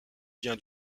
bien